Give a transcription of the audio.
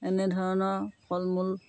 এনেধৰণৰ ফল মূল